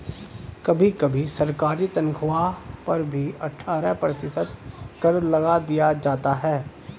कभी कभी सरकारी तन्ख्वाह पर भी अट्ठारह प्रतिशत कर लगा दिया जाता है